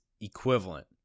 equivalent